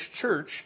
church